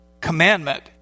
commandment